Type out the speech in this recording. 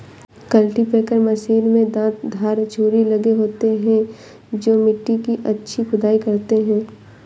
cultipacker machine में दांत दार छुरी लगे होते हैं जो मिट्टी की अच्छी खुदाई करते हैं